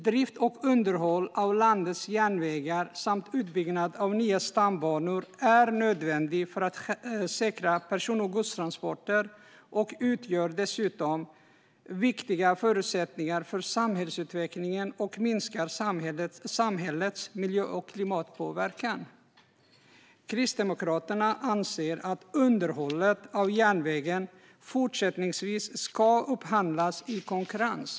Drift och underhåll av landets järnvägar och utbyggnad av nya stambanor är nödvändigt för att säkra person och godstransporter. Det utgör dessutom viktiga förutsättningar för samhällsutvecklingen och minskar samhällets miljö och klimatpåverkan. Kristdemokraterna anser att underhållet av järnvägen fortsättningsvis ska upphandlas i konkurrens.